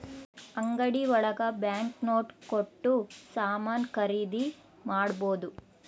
ಅಂಗಡಿ ಒಳಗ bank note ಕೊಟ್ಟು ಸಾಮಾನ್ ಖರೀದಿ ಮಾಡ್ಬೋದು